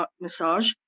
massage